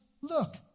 look